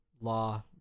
law